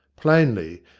plainly,